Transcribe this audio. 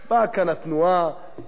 באה כאן התנועה,